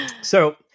So-